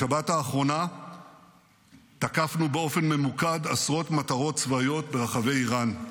בשבת האחרונה תקפנו באופן ממוקד עשרות מטרות צבאיות ברחבי איראן.